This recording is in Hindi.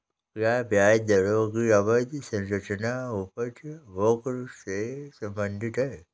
क्या ब्याज दरों की अवधि संरचना उपज वक्र से संबंधित है?